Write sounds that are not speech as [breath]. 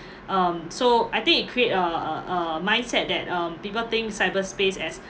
[breath] um so I think it create a a a mindset that um people think cyberspace as